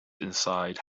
inside